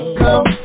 come